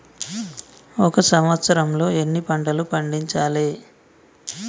ఒక సంవత్సరంలో ఎన్ని పంటలు పండించాలే?